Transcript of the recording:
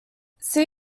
see